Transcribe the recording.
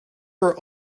were